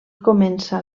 comença